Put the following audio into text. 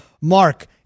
Mark